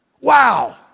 Wow